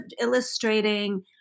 illustrating